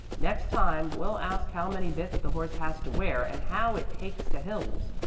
next time we'll ask how many bits the horse has to wear and how it takes to hills.